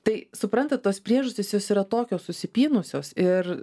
tai suprantat tos priežastys jos yra tokios susipynusios ir